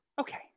okay